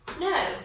No